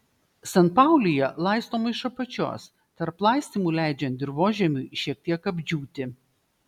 sanpaulija laistoma iš apačios tarp laistymų leidžiant dirvožemiui šiek tiek apdžiūti